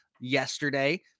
yesterday